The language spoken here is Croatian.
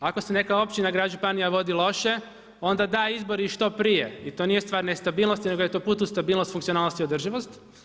Ako se neka općina, grad, županija vodi loše onda da izbori što prije i to nije stvar nestabilnosti nego je to put u stabilnost, funkcionalnost i održivost.